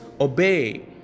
Obey